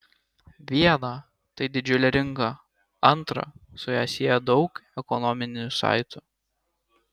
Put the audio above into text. viena tai didžiulė rinka antra su ja sieja daug ekonominių saitų